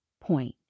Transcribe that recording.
point